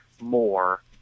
more